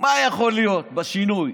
מה יכול להיות השינוי?